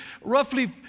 roughly